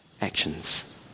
actions